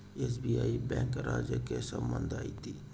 SBI bank ರಾಜ್ಯಕ್ಕೆ ಸಂಬಂಧ ಐತಿ